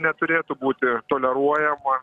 neturėtų būti toleruojama